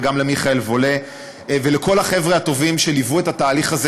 וגם למיכאל וולה ולכל החבר'ה הטובים שליוו את התהליך הזה